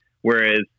Whereas